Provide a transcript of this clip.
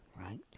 right